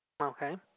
Okay